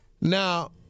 Now